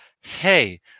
hey